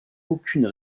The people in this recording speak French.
aucune